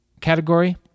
category